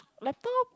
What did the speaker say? laptop